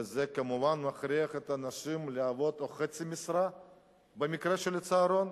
וזה כמובן מכריח את הנשים לעבוד בחצי משרה כשיש צהרון,